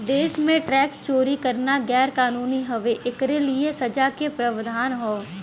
देश में टैक्स चोरी करना गैर कानूनी हउवे, एकरे लिए सजा क प्रावधान हौ